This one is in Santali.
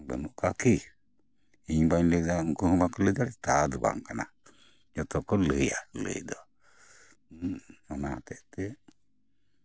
ᱵᱟᱹᱱᱩᱜ ᱠᱚᱣᱟ ᱠᱤ ᱤᱧ ᱵᱟᱹᱧ ᱞᱟᱹᱭ ᱫᱟᱲᱮᱭᱟᱜᱼᱟ ᱩᱱᱠᱩ ᱦᱚᱸ ᱵᱟᱠᱚ ᱞᱟᱹᱭ ᱫᱟᱲᱮᱭᱟᱜᱼᱟ ᱛᱟ ᱫᱚ ᱵᱟᱝ ᱠᱟᱱᱟ ᱡᱚᱛᱚ ᱠᱚ ᱞᱟᱹᱭᱟ ᱞᱟᱹᱭ ᱫᱚ ᱦᱮᱸ ᱚᱱᱟ ᱦᱚᱛᱮᱜ ᱛᱮ